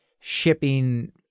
shipping